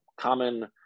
common